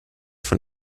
von